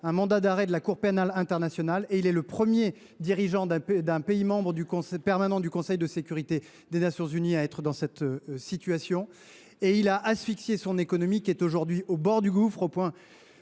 un mandat d’arrêt de la Cour pénale internationale, devenant le premier dirigeant d’un pays membre permanent du Conseil de sécurité des Nations unies à se trouver dans cette situation. Enfin, il a asphyxié son économie, qui est aujourd’hui au bord du gouffre, au point